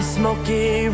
smoky